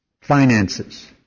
finances